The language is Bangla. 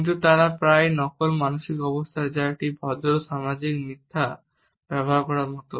কিন্তু তারা প্রায়ই নকল মানসিক অবস্থা যা একটি ভদ্র সামাজিক মিথ্যা ব্যবহার করার মত